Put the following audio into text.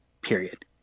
period